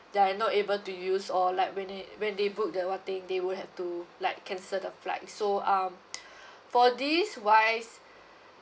they're not able to use or like when they when they book they'll think they would have to like cancel the flights so um for this wise